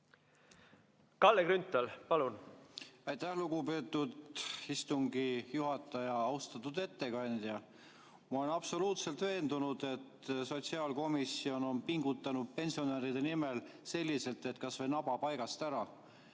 Kalle Grünthal, palun! Aitäh, lugupeetud istungi juhataja! Austatud ettekandja! Ma olen absoluutselt veendunud, et sotsiaalkomisjon on pingutanud pensionäride nimel kas või naba paigast ära,